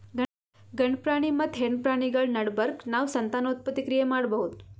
ಗಂಡ ಪ್ರಾಣಿ ಮತ್ತ್ ಹೆಣ್ಣ್ ಪ್ರಾಣಿಗಳ್ ನಡಬರ್ಕ್ ನಾವ್ ಸಂತಾನೋತ್ಪತ್ತಿ ಕ್ರಿಯೆ ಮಾಡಬಹುದ್